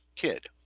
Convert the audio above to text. kid